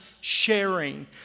sharing